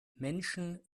menschen